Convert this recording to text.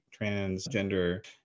transgender